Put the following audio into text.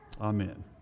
Amen